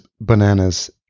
bananas